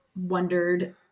wondered